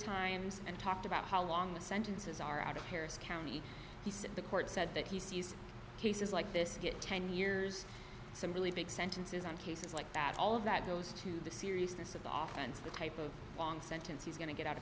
times and talked about how long the sentences are out of harris county he said the court said that he sees cases like this get ten years and some really big sentences in cases like that all of that goes to the seriousness of the off and the type of long sentence he's going to get out of